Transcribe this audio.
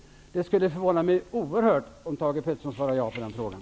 Det skulle förvåna mig oerhört om Thage Peterson svarade ja på den frågan.